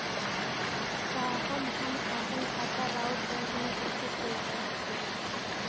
साहब हम आपन खाता राउर बैंक में कैसे खोलवा सकीला?